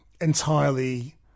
entirely